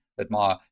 admire